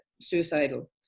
suicidal